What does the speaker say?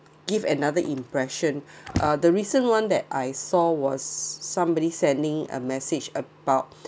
give another impression uh the recent one that I saw was somebody sending a message about